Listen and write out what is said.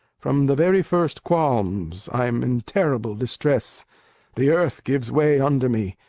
from the very first qualms i'm in terrible distress the earth gives way under me,